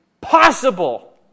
possible